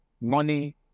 money